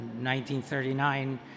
1939